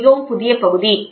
இது மிகவும் புதிய பகுதி